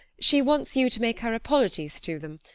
she wants you to make her apologies to them.